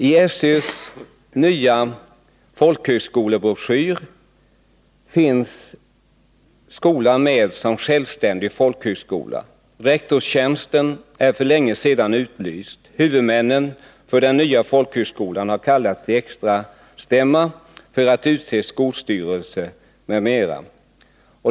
I SÖ:s nya folkhögskolebroschyr finns skolan med som självständig folkhögskola. Rektorstjänsten är för länge sedan utlyst. Huvudmännen för den ”nya” folkhögskolan har kallats till extrastämma för att utse skolstyrelse m.m.